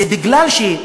זה כי בפרקטיקה,